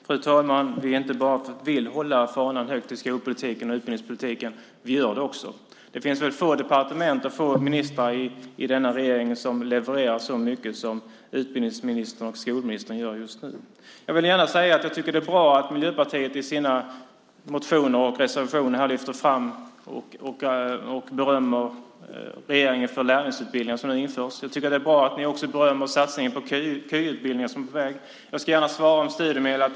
Fru talman! Vi inte bara vill hålla fanan högt i skol och utbildningspolitiken. Vi gör det också. Det är få departement och få ministrar i denna regering som levererar så mycket som utbildningsministern och skolministern gör just nu. Jag tycker att det är bra att Miljöpartiet i sina motioner och reservationer lyfter fram och berömmer regeringen för lärlingsutbildningen som nu införs. Jag tycker att det är bra att ni berömmer satsningen på KY som är på väg. Jag ska gärna svara när det gäller studiemedel.